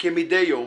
כמידי יום